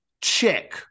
check